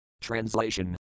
TRANSLATION